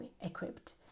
equipped